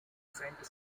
saint